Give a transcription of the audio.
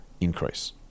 increase